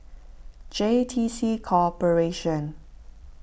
J T C Corporation